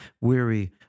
weary